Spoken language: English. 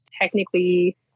technically